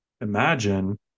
imagine